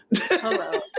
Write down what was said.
Hello